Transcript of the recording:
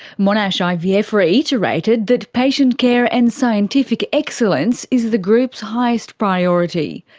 monash ivf yeah ivf reiterated that patient care and scientific excellence is the group's highest priority.